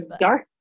dark